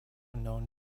known